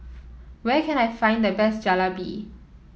where can I find the best Jalebi